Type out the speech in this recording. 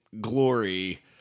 glory